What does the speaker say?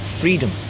Freedom